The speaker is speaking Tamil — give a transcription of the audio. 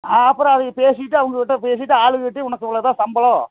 ஆ அப்புறம் அவங்க பேசிவிட்டு அவங்கக்கிட்ட பேசிவிட்டு ஆளுங்கக்கிட்டையும் உனக்கு இவ்வளோ தான் சம்பளம்